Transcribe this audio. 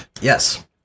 Yes